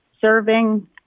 serving